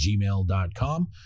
gmail.com